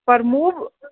पर मूं